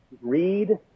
read